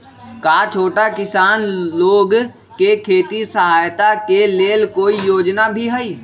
का छोटा किसान लोग के खेती सहायता के लेंल कोई योजना भी हई?